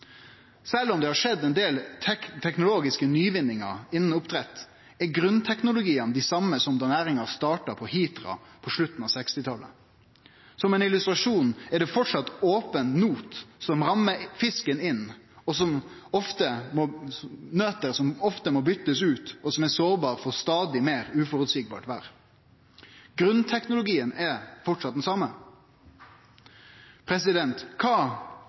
Sjølv om det har skjedd ein del teknologiske nyvinningar innan oppdrett, er grunnteknologiane dei same som da næringa starta på Hitra på slutten av 1960-talet. Som ein illustrasjon er det framleis open not som rammar fisken inn, og nøter som ofte må bytast ut, og som er sårbare for stadig meir usikkert vêr. Grunnteknologien er framleis den same. Kva